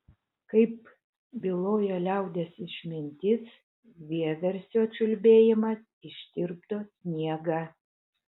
kaip byloja liaudies išmintis vieversio čiulbėjimas ištirpdo sniegą